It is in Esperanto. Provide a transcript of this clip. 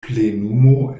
plenumo